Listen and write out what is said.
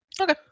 Okay